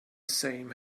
same